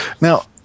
Now